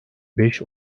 beş